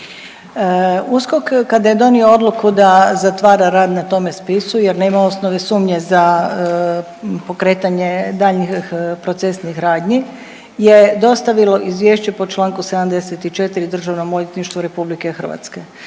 USKOK kad je donio odluku da zatvara rad na tome spisu jer nama osnove sumnje za pokretanje daljnjih procesnih radnji je dostavilo izvješće po čl. 74. DORH-u. U tom trenutku ja sam